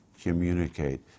communicate